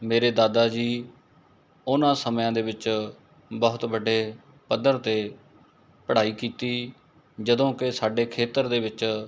ਮੇਰੇ ਦਾਦਾ ਜੀ ਉਹਨਾਂ ਸਮਿਆਂ ਦੇ ਵਿੱਚ ਬਹੁਤ ਵੱਡੇ ਪੱਧਰ 'ਤੇ ਪੜ੍ਹਾਈ ਕੀਤੀ ਜਦੋਂ ਕਿ ਸਾਡੇ ਖੇਤਰ ਦੇ ਵਿੱਚ